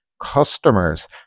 customers